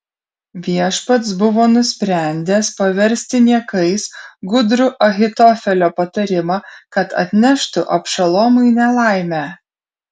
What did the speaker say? viešpats buvo nusprendęs paversti niekais gudrų ahitofelio patarimą kad atneštų abšalomui nelaimę